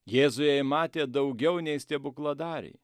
jėzuje ji matė daugiau nei stebukladarį